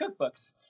cookbooks